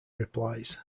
replies